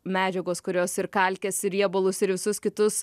medžiagos kurios ir kalkes riebalus ir visus kitus